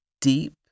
deep